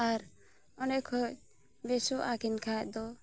ᱟᱨ ᱚᱸᱰᱮᱠᱷᱚᱱ ᱵᱮᱥᱚᱜᱼᱟᱠᱤᱱ ᱠᱷᱟᱱ ᱫᱚ